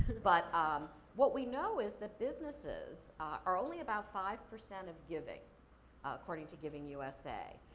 but um what we know is that businesses are only about five percent of giving according to giving usa.